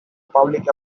public